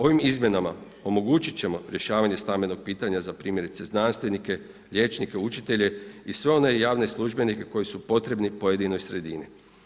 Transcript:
Ovim izmjenama omogućiti ćemo rješavanje stambenog pitanja za primjerice znanstvenike, liječnike, učitelje i sve one javne službenike koji su potrebni pojedinoj sredini.